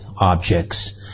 objects